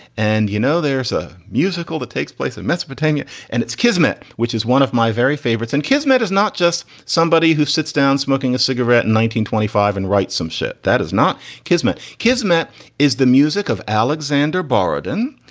and, you know, there's a musical that takes place in mesopotamia and it's kismet, which is one of my very favorites. and kismet is not just somebody who sits down smoking a cigarette twenty five and writes some shit that is not kismet. kismet is the music of alexander borodin,